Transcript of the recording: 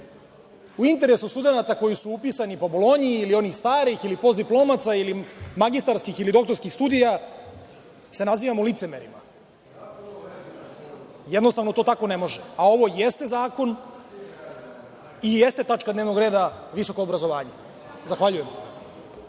u interesu studenata koji su upisani po Bolonji ili onih starih ili postdiplomaca, magistarskih i doktorskih studija se nazivamo licemerima. Jednostavno, to tako ne može, a ovo jeste zakon i jeste tačka dnevnog reda – visoko obrazovanje. Zahvaljujem.